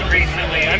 recently